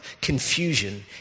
confusion